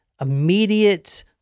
immediate